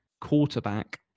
quarterback